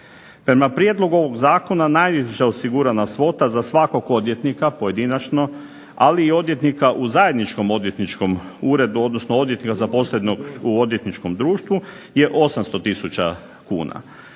prijedlogu ovog zakona najniža osigurana svota za svakog odvjetnika pojedinačno, ali i odvjetnika u zajedničkom odvjetničkom uredu odnosno odvjetnika zaposlenog u odvjetničkom društvu je 800 tisuća kuna.